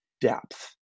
depth